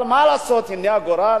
אבל מה לעשות, הנה הגורל